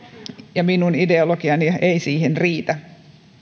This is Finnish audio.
ja minun ideologiani ei siihen riitä